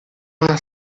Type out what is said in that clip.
una